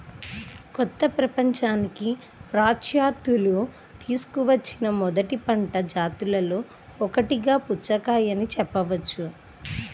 కొత్త ప్రపంచానికి పాశ్చాత్యులు తీసుకువచ్చిన మొదటి పంట జాతులలో ఒకటిగా పుచ్చకాయను చెప్పవచ్చు